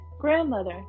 Grandmother